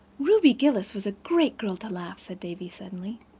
ruby gillis was a great girl to laugh, said davy suddenly.